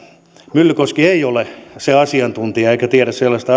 myllykoski ei ole se asiantuntija eikä tiedä sellaista